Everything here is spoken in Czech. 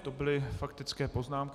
To byly faktické poznámky.